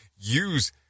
use